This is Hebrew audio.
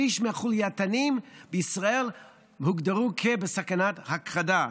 שליש מהחולייתנים בישראל הוגדרו בסכנת הכחדה,